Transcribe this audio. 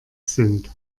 sind